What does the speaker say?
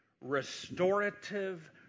restorative